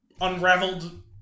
unraveled